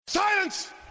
Silence